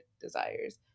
Desires